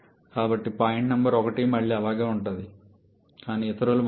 కాబట్టి point number 1 మళ్లీ అలాగే ఉంటుంది కానీ ఇతరులు మారారు